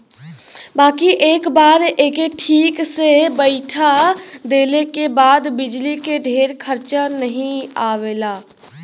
बाकी एक बार एके ठीक से बैइठा देले के बाद बिजली के ढेर खरचा नाही आवला